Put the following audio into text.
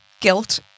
guilt